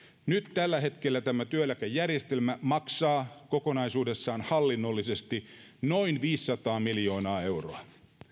nyt tällä hetkellä tämä työeläkejärjestelmä maksaa kokonaisuudessaan hallinnollisesti noin viisisataa miljoonaa euroa